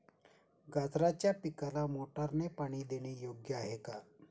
गाजराच्या पिकाला मोटारने पाणी देणे योग्य आहे का?